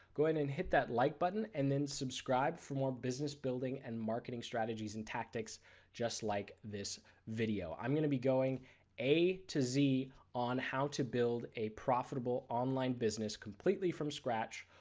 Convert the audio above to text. go in and hit that like button and the subscribe for more business building and marketing strategies, and tactics just like this video. i'm going to be going a to z on how to build a profitable online business completely from scratch,